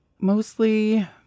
mostly